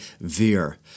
Veer